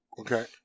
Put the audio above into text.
Okay